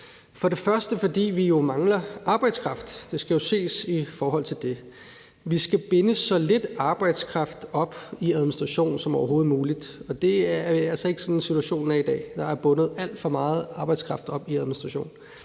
For det første, fordi vi jo mangler arbejdskraft. Det skal ses i forhold til det. Vi skal binde så lidt arbejdskraft op i administration som overhovedet muligt, og det er altså ikke sådan, situationen er i dag. Der er bundet alt for meget arbejdskraft op i administration.